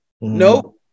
nope